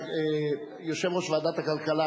יושב-ראש ועדת הכלכלה,